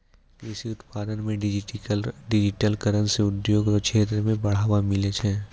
कृषि उत्पादन मे डिजिटिकरण से उद्योग रो क्षेत्र मे बढ़ावा मिलै छै